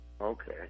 Okay